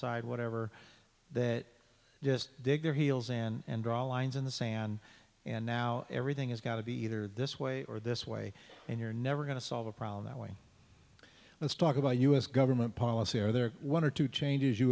side whatever that just dig their heels and draw lines in the sand and now everything is going to be either this way or this way and you're never going to solve the problem that way let's talk about u s government policy or there are one or two changes you